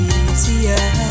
easier